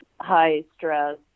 high-stress